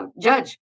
judge